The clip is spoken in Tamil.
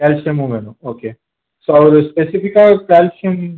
கேல்ஷியமும் வேணும் ஓகே ஸோ அவர் ஸ்பெசிஃபிக்காக கேல்ஷியம்